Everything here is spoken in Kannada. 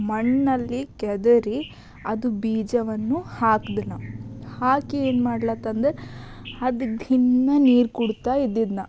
ಮಣ್ಣಲ್ಲಿ ಕೆದರಿ ಅದು ಬೀಜವನ್ನು ಹಾಕ್ದೆನಾ ಹಾಕಿ ಏನು ಮಾಡ್ಲಾತ್ತಂದ್ರೆ ಅದಕ್ಕೆ ದಿನಾ ನೀರು ಕೊಡ್ತಾ ಇದಿದ್ದೆನಾ